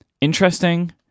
interesting